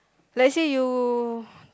let say you